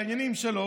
לעניינים שלו,